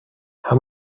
how